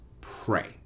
pray